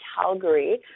Calgary